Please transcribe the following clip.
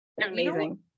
amazing